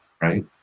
right